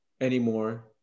anymore